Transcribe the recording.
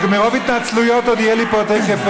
מרוב התנצלויות עוד יהיו לי פה תכף,